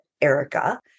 Erica